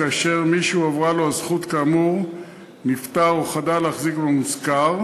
כאשר מי שהועברה לו הזכות כאמור נפטר או חדל להחזיק במושכר,